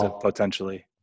potentially